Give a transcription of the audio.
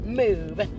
move